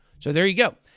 so there you go!